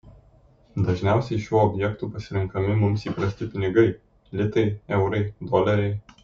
dažniausiai šiuo objektu pasirenkami mums įprasti pinigai litai eurai doleriai